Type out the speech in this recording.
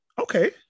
Okay